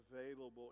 available